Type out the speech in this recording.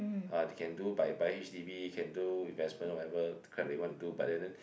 uh they can do by buy H_D_B can do investment whatever to crap they want to do but and then